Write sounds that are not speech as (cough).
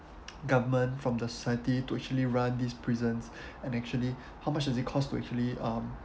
(noise) government from the society to actually run these prisons (breath) and actually (breath) how much does it cost to actually um